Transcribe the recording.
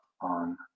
on